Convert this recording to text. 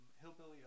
Hillbilly